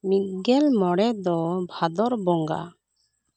ᱢᱤᱫ ᱜᱮᱞ ᱢᱚᱬᱮ ᱫᱚ ᱵᱷᱟᱫᱚᱨ ᱵᱚᱸᱜᱟ